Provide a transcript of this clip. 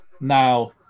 Now